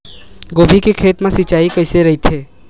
गोभी के खेत मा सिंचाई कइसे रहिथे?